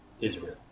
Israel